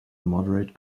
moderate